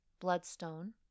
bloodstone